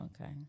Okay